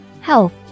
health